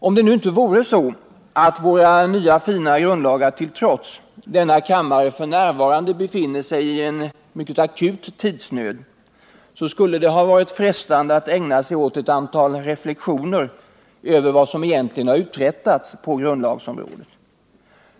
Om det nu inte vore så att våra fina grundlagar till trots denna kammare f.n. befinner sig i en mycket akut tidsnöd, skulle det ha varit frestande att ägna sig åt ett antal reflexioner över vad som egentligen har uträttats på grundlagsområdet.